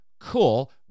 Cool